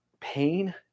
pain